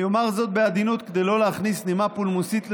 אני אומר זאת בעדינות כדי לא להכניס נימה פולמוסית לדבריי,